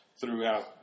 throughout